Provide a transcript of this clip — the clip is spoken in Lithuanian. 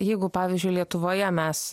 jeigu pavyzdžiui lietuvoje mes